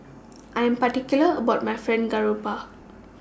I Am particular about My Fried Garoupa